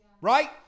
Right